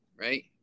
right